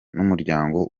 n’umuryango